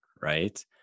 Right